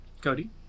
Cody